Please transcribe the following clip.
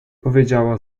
powiedziała